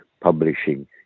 publishing